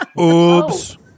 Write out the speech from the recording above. Oops